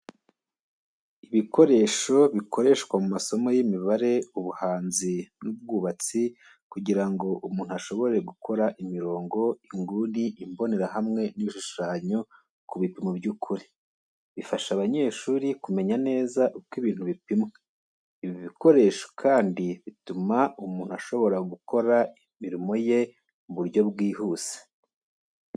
Ibikoresho bikoreshwa mu masomo y'imibare, ubuhanzi n'ubwubatsi, kugira ngo umuntu ashobore gukora imirongo, inguni, imbonerahamwe, n’ibishushanyo ku bipimo by'ukuri. Bifasha abanyeshuri kumenya neza uko ibintu bipimwa. Ibi bikoresho kandi bituma umuntu ashobora gukora imirimo ye mu buryo bwihuse.